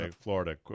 Florida